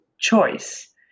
choice